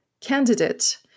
candidate